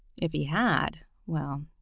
if he had well,